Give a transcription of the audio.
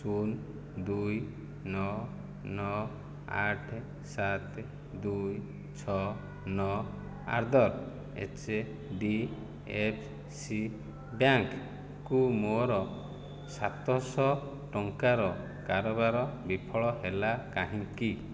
ଶୂନ ଦୁଇ ନଅ ନଅ ଆଠ ସାତ ଦୁଇ ଛଅ ନଅ ଆଡଡ଼ଟ ଏଚେ ଡି ଏଫେ ସି ବ୍ୟାଙ୍କକୁ ମୋର ସାତଶହ ଟଙ୍କାର କାରବାର ବିଫଳ ହେଲା କାହିଁକି